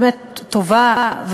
באמת טובה,